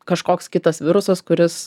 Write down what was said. kažkoks kitas virusas kuris